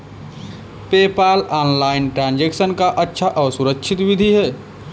PayPal online transaction का अच्छा और सुरक्षित विधि है